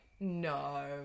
no